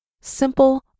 simple